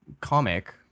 comic